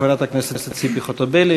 חברת הכנסת ציפי חוטובלי,